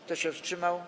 Kto się wstrzymał?